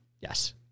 Yes